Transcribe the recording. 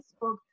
Facebook